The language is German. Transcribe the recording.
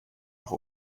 auch